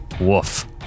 Woof